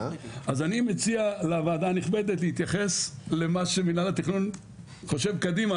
אז אני מציע לוועדה הנכבדת להתייחס למה שמנהל התכנון חושב קדימה,